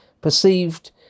perceived